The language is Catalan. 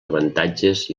avantatges